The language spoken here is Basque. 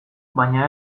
baina